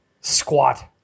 squat